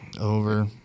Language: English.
Over